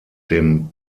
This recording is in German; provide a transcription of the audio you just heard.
dem